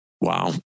Wow